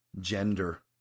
gender